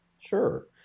Sure